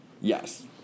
Yes